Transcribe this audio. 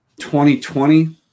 2020